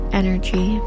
energy